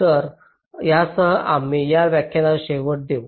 तर यासह आम्ही या व्याख्यानाच्या शेवटी येऊ